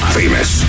famous